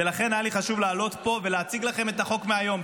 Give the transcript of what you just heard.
ולכן היה לי חשוב לעלות לפה ולהציג לכם את החוק מהיום,